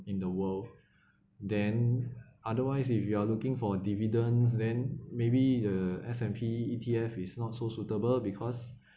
in the world then otherwise if you are looking for dividends then maybe the S_N_P E_T_F is not so suitable because